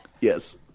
Yes